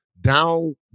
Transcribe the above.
Down